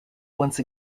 once